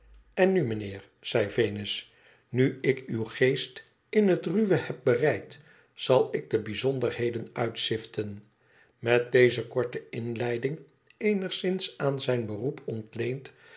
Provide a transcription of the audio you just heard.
in nu mijnheer zei venus nu ik uw geest in het ruwe heb bereid zal ik de bijzonderheden uitziften met deze korte inleiding eenigszina aan zijn beroep ontleend